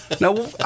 Now